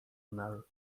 nel